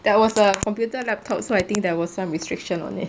that was a computer laptop so I think there was some restrictions on it